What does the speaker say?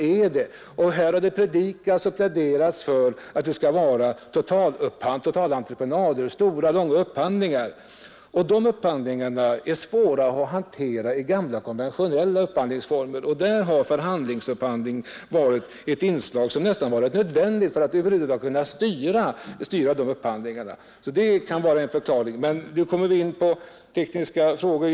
Här har pläderats för att det skall vara totalentreprenader med stora, långa upphandlingar, och de upphandlingarna är svåra att hantera i gamla konventionella upphandlingsformer. Därvidlag har förhandlingsupphandling varit ett nästan nödvändigt inslag för att över huvud taget kunna styra upphandlingarna. Det kan alltså vara en förklaring. Men nu kommer vi in på tekniska frågor.